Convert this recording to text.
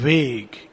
Vague